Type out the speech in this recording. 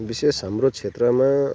विशेष हाम्रो क्षेत्रमा